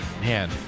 Man